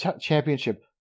Championship